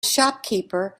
shopkeeper